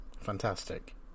Fantastic